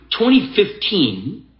2015